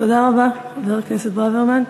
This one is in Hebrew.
תודה רבה, חבר הכנסת ברוורמן.